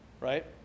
right